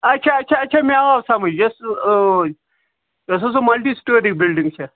اَچھا اَچھا اَچھا مےٚ آو سَمٕجھ یۄس یۄس ہا سُہ مَلٹی سِٹوری بِلڈِنٛگ چھےٚ